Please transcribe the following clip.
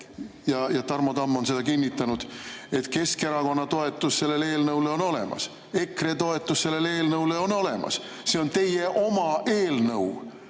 ja Tarmo Tamm on seda kinnitanud, et Keskerakonna toetus sellele eelnõule on olemas. EKRE toetus sellele eelnõule on olemas. See on teie oma eelnõu